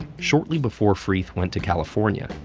shortly before freeth went to california,